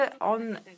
on